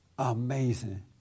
Amazing